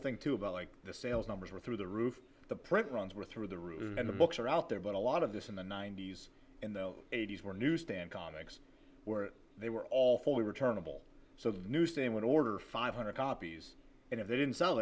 thing too about the sales numbers were through the roof the print runs were through the roof and the books are out there but a lot of this in the ninety's in the eighty's were newsstand comics where they were all fully returnable so the new same would order five hundred copies and if they didn't sell